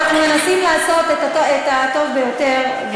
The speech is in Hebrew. אנחנו מנסים לעשות את הטוב ביותר,